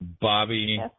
Bobby